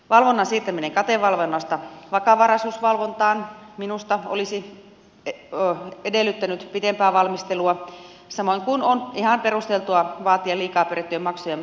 valvonnan siirtäminen katevalvonnasta vakavaraisuusvalvontaan minusta olisi edellyttänyt pidempää valmistelua samoin kuin on ihan perusteltua vaatia liikaa perittyjen maksujen palauttamista